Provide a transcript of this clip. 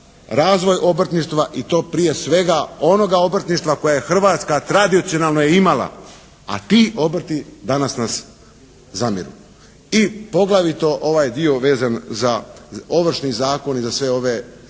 razvoj obrtništva i to prije svega onoga obrtništva kojeg Hrvatska tradicionalno je imala, a ti obrti danas nam zamiru. I poglavito ovaj dio vezan za ovršni zakon i za sve ove